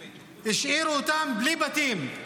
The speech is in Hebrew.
השאירו אותם בלי בתים,